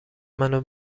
منو